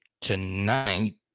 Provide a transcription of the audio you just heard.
tonight